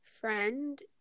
friend